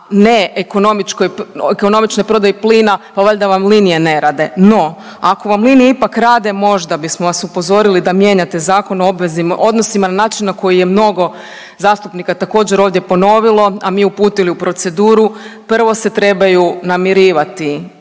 neekonomičnoj prodaji plina pa valjda vam linije ne rade. No ako vam linije ipak rade možda bismo vas upozorili da mijenjate Zakon o obveznim odnosima na način na koji je mnogi zastupnika ovdje također ovdje ponovilo, a mi uputili u proceduru prvo se trebaju namirivati